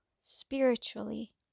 spiritually